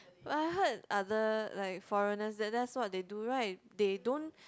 but I heard other like foreigners then that's what they do right they don't